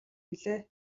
билээ